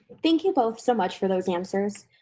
thank you both so much for those answers.